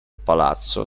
palazzo